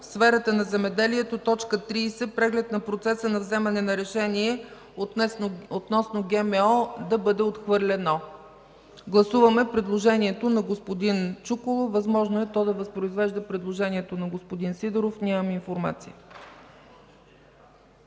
сферата на земеделието”, т. 30 – „Преглед на процеса на вземане на решение относно ГМО”, да бъде отхвърлена. Гласуваме предложението на господин Чуколов, възможно е то да възпроизвежда предложението на господин Сидеров, нямам информация.